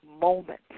moment